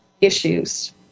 issues